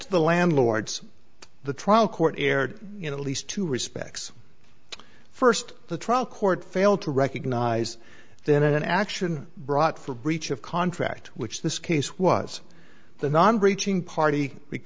to the landlords the trial court erred in at least two respects first the trial court failed to recognise then an action brought for breach of contract which this case was the non breaching party